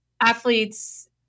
athletes